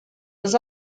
was